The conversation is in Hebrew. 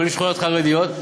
כוללים שכונות חרדיות,